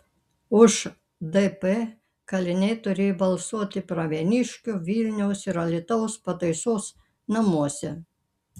už dp kaliniai turėjo balsuoti pravieniškių vilniaus ir alytaus pataisos namuose